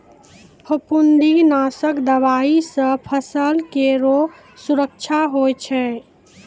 फफूंदी नाशक दवाई सँ फसल केरो सुरक्षा होय छै